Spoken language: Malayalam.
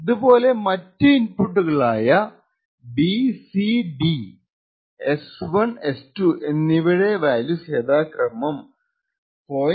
ഇതുപോലെ മറ്റു ഇൻപുട്ടുകളായ ബിസിഡി എസ്1എസ്2എന്നിവയുടെ വാല്യൂസ് യഥാക്രമം 0